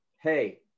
Hey